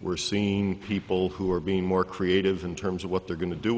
we're seen people who are being more creative in terms of what they're going to do with